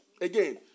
again